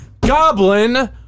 Goblin